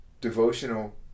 devotional